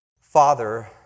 father